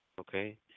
Okay